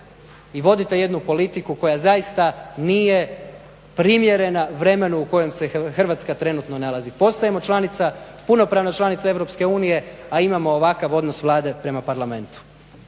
i vodite jednu politiku koja zaista nije primjerena vremenu u kojem se Hrvatska trenutno nalazi. Postajemo članica punopravna članica EU a imamo ovakav odnos Vlade prema Parlamentu.